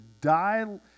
die